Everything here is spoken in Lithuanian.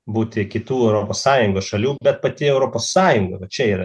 būti kitų europos sąjungos šalių bet pati europos sąjunga va čia yra